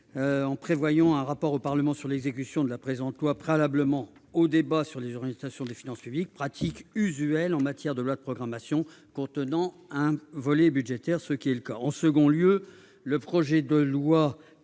en prévoyant un rapport au Parlement sur l'exécution de la présente loi préalablement au débat sur les orientations des finances publiques, pratique usuelle en matière de loi de programmation comprenant un volet budgétaire. En second lieu, le projet de loi